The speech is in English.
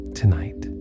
tonight